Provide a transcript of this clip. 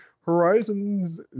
Horizon's